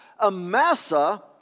Amasa